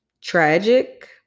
Tragic